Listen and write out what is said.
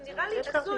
זה נראה לי הזוי.